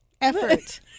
Effort